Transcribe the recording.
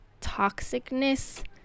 toxicness